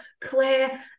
Claire